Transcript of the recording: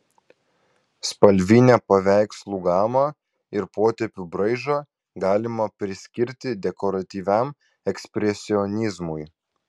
spalvinę paveikslų gamą ir potėpių braižą galima priskirti dekoratyviam ekspresionizmui